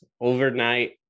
overnight